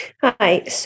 Hi